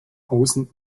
außen